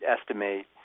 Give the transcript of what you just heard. estimate